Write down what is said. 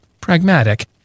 pragmatic